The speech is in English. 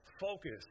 focus